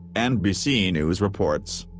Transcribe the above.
nbc news reports.